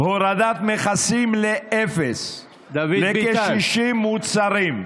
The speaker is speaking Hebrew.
הורדת מכסים לאפס לכ-60 מוצרים,